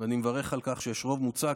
ואני מברך על כך שיש רוב מוצק.